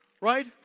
right